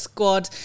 Squad